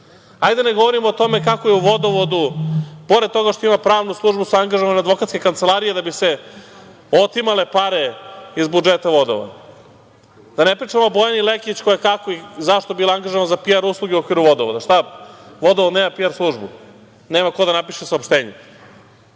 da ne govorimo o tome kako je u „Vodovodu“ pored toga što ima pravnu službu su angažovane advokatske kancelarije da bi se otimale pare iz budžeta „Vodovoda“. Da ne pričamo o Bojani Lekić, kako i zašto je bila angažovana za PR usluge u „Vodovodu“. Šta, „Vodovod“ nema PR službu, nema ko da napiše saopštenje? Da